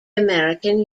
american